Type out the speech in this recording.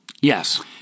Yes